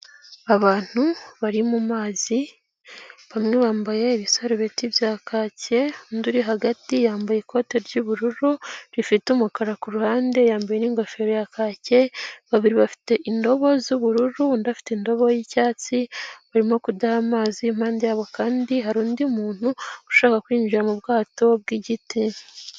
Abantu bari mu mazi bamwe bambaye ibisarubeti bya kake, undi uri hagati yambaye ikote ry'ubururu ,rifite umukara ku ruhande ,yambaye n'ingofero ya kake, babiri bafite indobo z'ubururu .Undi afite indobo y'icyatsi barimo kudaha amazi ,impande y'abo kandi hari undi muntu ,ushaka kwinjira mu bwato bw'igiti.